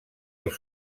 els